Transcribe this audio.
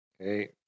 Okay